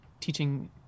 teaching